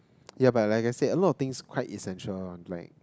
ya but I can see a lot of things quite essential one black